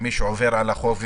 ומי שעובר על החוק,